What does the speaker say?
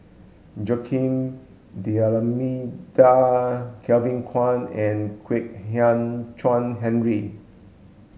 Joaquim D'almeida Kevin Kwan and Kwek Hian Chuan Henry